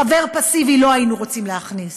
חבר פסיבי לא היינו רוצים להכניס.